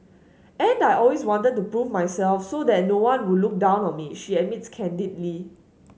and I always wanted to prove myself so that no one would look down on me she admits candidly